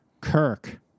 Kirk